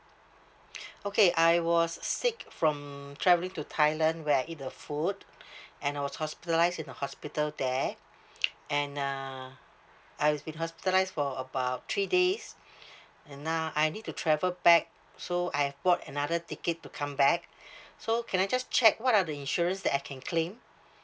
okay I was s~ sick from travelling to thailand where I eat the food and I was hospitalised in the hospital there and uh I was been hospitalised for about three days and now I need to travel back so I've bought another ticket to come back so can I just check what are the insurance that I can claim